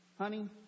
honey